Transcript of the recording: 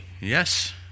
Yes